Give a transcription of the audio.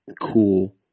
cool